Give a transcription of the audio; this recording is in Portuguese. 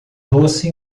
doce